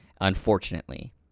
unfortunately